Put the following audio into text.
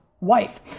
wife